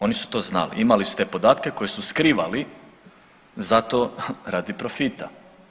Oni su to znali, imali su te podatke koje su skrivali zato radi profita.